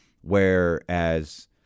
whereas